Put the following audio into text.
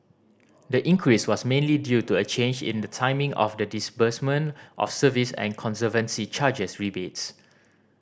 the increase was mainly due to a change in the timing of the disbursement of service and conservancy charges rebates